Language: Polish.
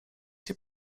się